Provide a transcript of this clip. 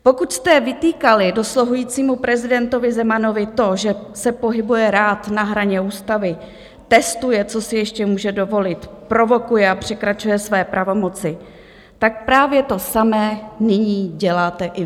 Pokud jste vytýkali dosluhujícímu prezidentovi Zemanovi to, že se pohybuje rád na hraně ústavy, testuje, co si ještě může dovolit, provokuje a překračuje své pravomoci, tak právě to samé nyní děláte i vy.